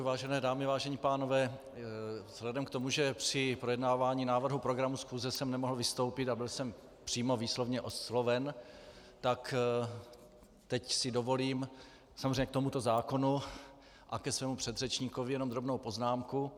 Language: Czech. Vážené dámy, vážení pánové, vzhledem k tomu, že při projednávání návrhu programu schůze jsem nemohl vystoupit a byl jsem přímo výslovně osloven, tak teď si dovolím samozřejmě k tomuto zákonu a ke svému předřečníkovi jenom drobnou poznámku.